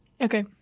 Okay